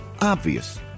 Obvious